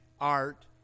art